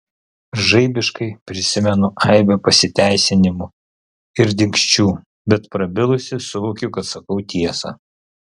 žaibiškai prisimenu aibę pasiteisinimų ir dingsčių bet prabilusi suvokiu kad sakau tiesą